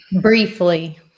briefly